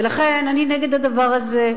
ולכן אני נגד הדבר הזה.